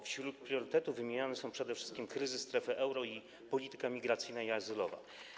Wśród priorytetów wymieniane są przede wszystkim kryzys strefy euro i polityka migracyjna i azylowa.